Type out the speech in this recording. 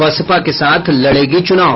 बसपा के साथ लड़ेगी चुनाव